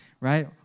right